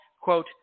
quote